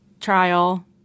trial